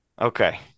okay